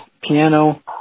piano-